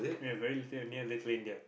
ya very Li~ near Little India